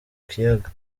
kiyaga